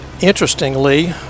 interestingly